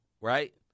right